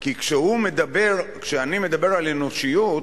כי כשאני מדבר על אנושיות,